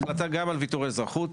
החלטה גם על ויתור אזרחות,